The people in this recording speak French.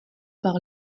par